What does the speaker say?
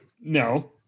no